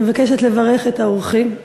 אני מבקשת לברך את האורחים,